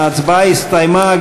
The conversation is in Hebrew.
ההצבעה הסתיימה.